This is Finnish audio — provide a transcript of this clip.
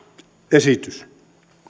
esitys